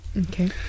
okay